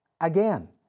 again